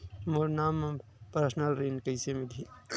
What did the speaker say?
मोर नाम म परसनल ऋण कइसे मिलही?